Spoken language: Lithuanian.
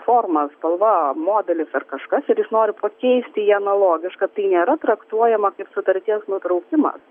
forma spalva modelis ar kažkas ir jis nori pakeisti į analogišką tai nėra traktuojama kaip sutarties nutraukimas